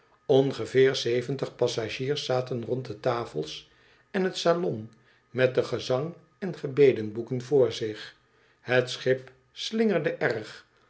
ongeveer zeventig passagiers zaten rond de tafels en het salon met de gezang en gebedenboeken voor zich het schip slingerde erg